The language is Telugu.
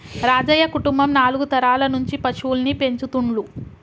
రాజయ్య కుటుంబం నాలుగు తరాల నుంచి పశువుల్ని పెంచుతుండ్లు